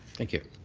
thank you.